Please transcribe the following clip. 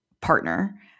partner